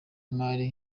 w’imari